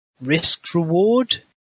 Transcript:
risk-reward